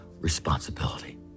responsibility